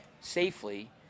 safely